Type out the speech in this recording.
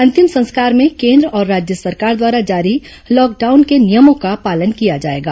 अंतिम संस्कार में केन्द्र और राज्य सरकार द्वारा जारी लॉकडाउन के नियमों का पालन किया जाएगा